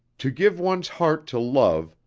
to give one's heart to love,